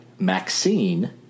Maxine